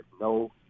No